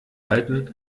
halten